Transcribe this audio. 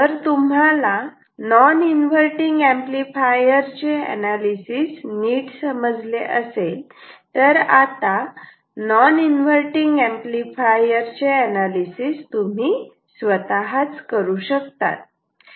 जर तुम्हाला non inverting amplifier चे नीट समजले असेल तर आता इन्व्हर्टटिंग एंपलीफायर चे अनालिसिस तुम्ही स्वतः च करू शकतात